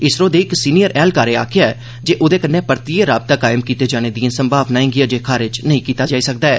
इसरो दे इक सीनियर ऐह्लकारै गलाया ऐ जे ओह्दे कन्नै परतियै राबता कायम कीते जाने दिए संभावनाए गी अजें खारिज नेईं कीता जाई सकदा ऐ